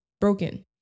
Broken